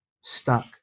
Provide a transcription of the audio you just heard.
stuck